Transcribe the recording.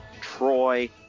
Troy